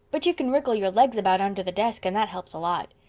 but you can wriggle your legs about under the desk and that helps a lot.